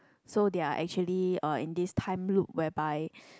so they are actually uh in this time loop whereby